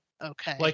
okay